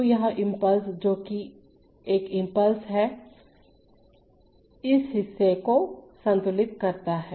तो यह हिस्सा जो एक इम्पल्स है इस हिस्से को संतुलित करता है